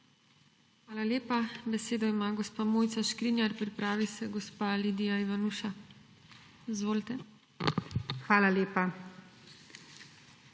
Hvala lepa. Besedo ima gospa Mojca Škrinjar. Pripravi se gospa Lidija Ivanuša. Izvolite. **MOJCA